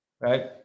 Right